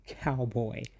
cowboy